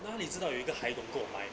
哪里知道有一个还弄购买